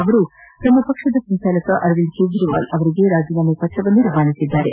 ಅವರು ತಮ್ಮ ಪಕ್ಷದ ಸಂಚಾಲಕ ಅರವಿಂದ್ ಕ್ರೇಜಿವಾಲ್ ಅವರಿಗೆ ತಮ್ಮ ರಾಜೀನಾಮೆ ಪತ್ರವನ್ನು ರವಾನಿಸಿದ್ದಾರೆ